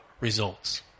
results